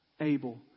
able